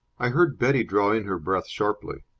i heard betty draw in her breath sharply.